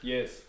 Yes